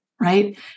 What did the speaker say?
Right